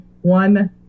one